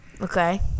okay